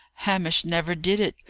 hamish never did it!